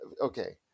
Okay